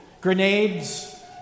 Grenades